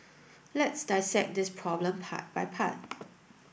let's dissect this problem part by part